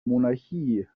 monarchie